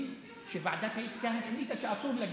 שוועדת האתיקה החליטה שאסור להגיד.